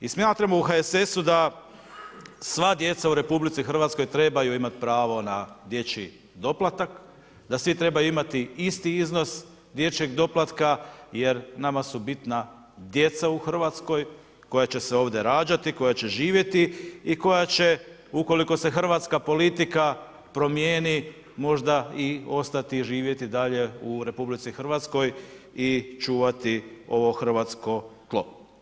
I smatramo u HSS-u da sva djeca u RH trebaju imat pravo na dječji doplatak, da svi trebaju imati isti iznos dječjeg doplatka jer nama su bitna djeca u Hrvatskoj koja će se ovdje rađati, koja će živjeti i koja će ukoliko se Hrvatska politika promijeni možda i ostati živjeti dalje u RH i čuvati ovo hrvatsko tlo.